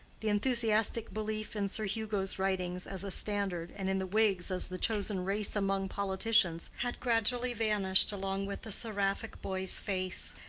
the enthusiastic belief in sir hugo's writings as a standard, and in the whigs as the chosen race among politicians, had gradually vanished along with the seraphic boy's face.